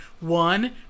One